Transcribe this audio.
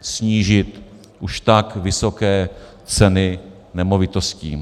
snížit už tak vysoké ceny nemovitostí.